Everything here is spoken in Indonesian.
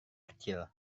kecil